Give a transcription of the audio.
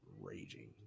Raging